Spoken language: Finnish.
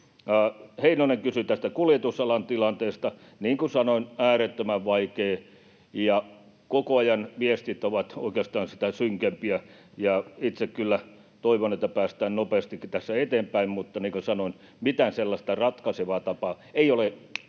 Heinonen kysyi tästä kuljetusalan tilanteesta. Niin kuin sanoin, se on äärettömän vaikea. Koko ajan viestit ovat oikeastaan synkempiä, ja itse kyllä toivon, että päästään nopeastikin tässä eteenpäin. Mutta niin kuin sanoin, mitään sellaista ratkaisevaa tapaa ei ole,